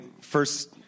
first